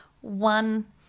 One